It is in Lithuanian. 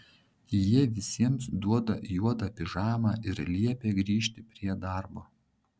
jie visiems duoda juodą pižamą ir liepia grįžt prie darbo